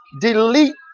delete